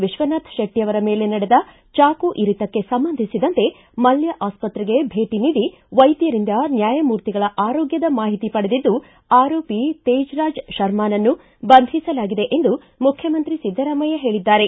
ವಿಶ್ವನಾಥ್ ಶೆಟ್ಟಿಯವರ ಮೇಲೆ ನಡೆದ ಚಾಕು ಇರಿತಕ್ಕೆ ಸಂಬಂಧಿಸಿದಂತೆ ಮಲ್ಯ ಆಸ್ಪತ್ತೆಗೆ ಭೇಟಿ ನೀಡಿ ವೈದ್ಯರಿಂದ ನ್ಯಾಯಮೂರ್ತಿಗಳ ಆರೋಗ್ಧದ ಮಾಹಿತಿ ಪಡೆದಿದ್ದು ಆರೋಪಿ ತೇಜ್ ರಾಜ್ ಶರ್ಮಾನನ್ನು ಬಂಧಿಸಲಾಗಿದೆ ಎಂದು ಮುಖ್ಣಮಂತ್ರಿ ಸಿದ್ದರಾಮಯ್ಯ ಹೇಳಿದ್ದಾರೆ